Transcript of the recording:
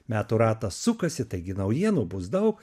metų ratas sukasi taigi naujienų bus daug